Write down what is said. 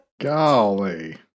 Golly